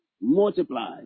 multiplied